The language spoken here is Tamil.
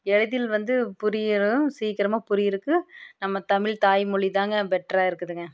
எளிதில் வந்து புரிகிறதும் சீக்கிரமாக புரியிறதுக்கு நம்ம தமிழ் தாய்மொழி தாங்க பெட்டரா இருக்குதுங்க